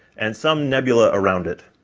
and some nebula around it.